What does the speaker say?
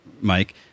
Mike